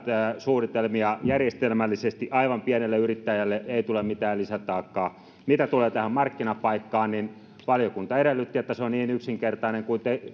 suunnitelmia järjestelmällisesti aivan pienelle yrittäjälle ei tule mitään lisätaakkaa mitä tulee tähän markkinapaikkaan niin valiokunta edellytti että se on niin yksinkertainen asia